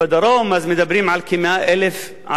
אז מדברים על כ-100,000 ערבים,